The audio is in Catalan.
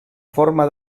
forma